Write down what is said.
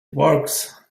works